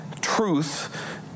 truth